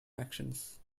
actions